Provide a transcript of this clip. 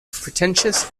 pretentious